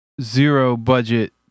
zero-budget